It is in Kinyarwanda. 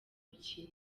mukino